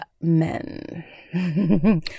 men